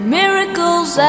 miracles